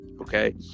okay